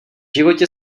životě